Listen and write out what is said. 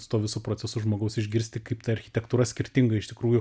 su tuo visu procesu žmogaus išgirsti kaip ta architektūra skirtinga iš tikrųjų